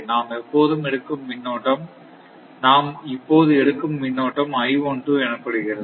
நாம் எப்போது எடுக்கும் மின்னோட்டம் எனப்படுகிறது